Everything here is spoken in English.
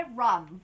rum